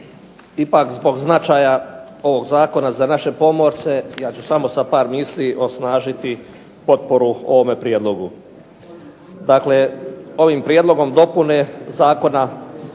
ipak zbog značaja ovog zakona za naše pomorce ja ću samo sa par misli osnažiti potporu ovome prijedlogu. Dakle, ovim prijedlogom dopune Zakona